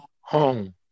Home